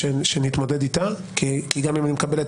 שנתמודד איתה כי גם אם אני מקבל את